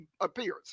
appears